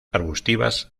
arbustivas